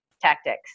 tactics